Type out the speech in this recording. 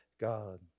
God